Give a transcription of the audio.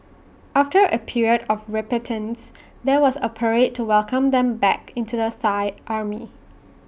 after A period of repentance there was A parade to welcome them back into the Thai army